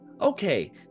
Okay